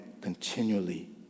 continually